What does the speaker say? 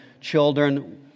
children